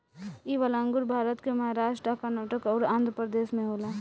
इ वाला अंगूर भारत के महाराष्ट् आ कर्नाटक अउर आँध्रप्रदेश में होला